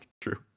true